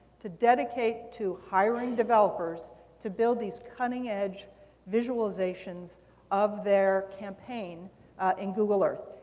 to dedicate to hiring developers to build these cutting edge visualizations of their campaign in google earth.